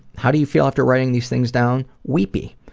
how do you feel after writing these things down? weepy.